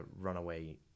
runaway